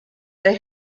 they